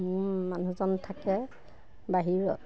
মোৰ মানুহজন থাকে বাহিৰত